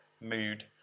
mood